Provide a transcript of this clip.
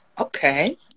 okay